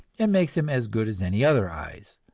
and makes them as good as any other eyes.